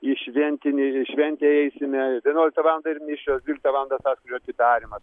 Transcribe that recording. į šventinį šventę eisime vienuoliktą valandą ir mišios dvyliktą valandą sąskrydžio atidarymas